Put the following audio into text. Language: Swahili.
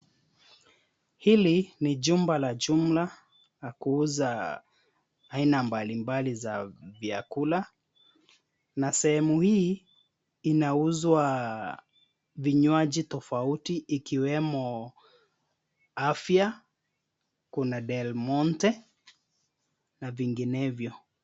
Hili ni jumba la jumla la kuuza aina mbalimbali za vyakula, na sehemu hii inauzwa vinywaji tofauti ikiwemo Afia, kuna Delmonte na vinginevyo.